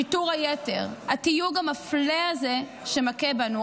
שיטור היתר, התיוג המפלה הזה שמכה בנו.